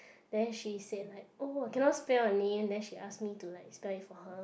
then she said like oh I cannot spell your name then she ask me to like spell it for her